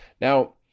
Now